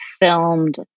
filmed